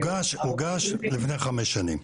הוגש לפני חמש שנים?